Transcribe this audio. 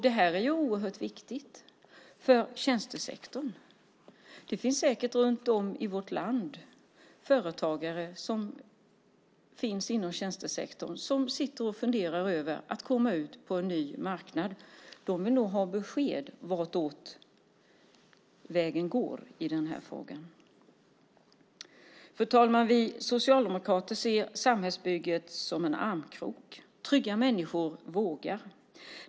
Det här är oerhört viktigt för tjänstesektorn. Det finns säkert runt om i vårt land företagare inom tjänstesektorn som sitter och funderar över att komma ut på en ny marknad. De vill nog ha besked om vartåt vägen går i den här frågan. Fru talman! Vi socialdemokrater ser samhällsbygget som en armkrok - trygga människor vågar.